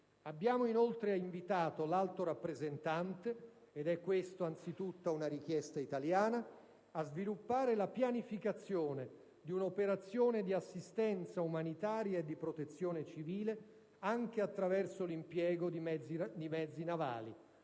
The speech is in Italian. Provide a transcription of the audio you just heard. Abbiamo inoltre invitato l'Alto rappresentante - ed è questa anzitutto una richiesta italiana - a sviluppare la pianificazione di un'operazione di assistenza umanitaria e di protezione civile anche attraverso l'impiego di mezzi navali: